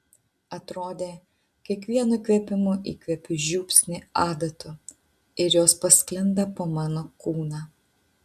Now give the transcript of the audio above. atrodė kiekvienu įkvėpimu įkvepiu žiupsnį adatų ir jos pasklinda po mano kūną